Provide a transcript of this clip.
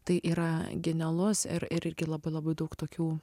tai yra genialus ir irgi labai labai daug tokių